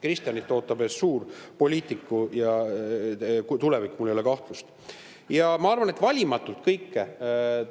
Kristjanit ootab ees suur poliitiku tulevik, mul ei ole kahtlust. Ja ma arvan, et valimatult kõike